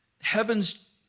heaven's